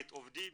עובדים